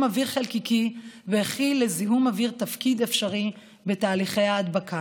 אוויר חלקיקי וכי לזיהום אוויר יש תפקיד אפשרי בתהליכי ההדבקה.